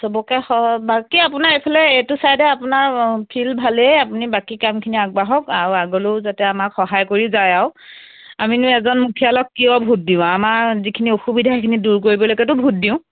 চবকে বাকী আপোনাৰ এইফালে এইটো চাইডে আপোনাৰ অঁ ফিল্ড ভালেই আপুনি বাকী কামখিনি আগবাঢ়ক আৰু আগলৈয়ো যাতে আমাক সহায় কৰি যায় আৰু আমিনো এজন মুখীয়ালক কিয় ভোট দিওঁ আমাৰ যিখিনি অসুবিধা সেইখিনি দূৰ কৰিবলৈকেতো ভোট দিওঁ